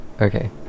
Okay